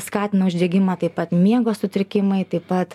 skatina uždegimą taip pat miego sutrikimai taip pat